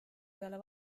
peale